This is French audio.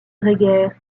grégaire